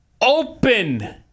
open